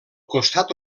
costat